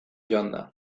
joanda